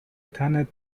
تنت